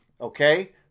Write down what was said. Okay